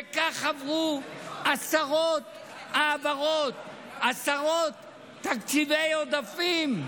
וכך עברו עשרות העברות, עשרות תקציבי עודפים,